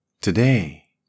Today